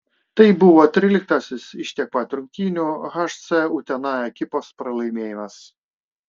tai buvo tryliktasis iš tiek pat rungtynių hc utena ekipos pralaimėjimas